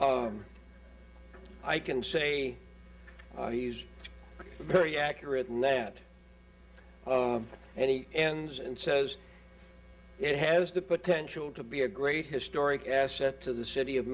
y i can say he's very accurate and that any ends and says it has the potential to be a great historic asset to the city of